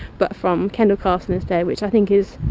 but from kendal castle instead, which i think is